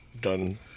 done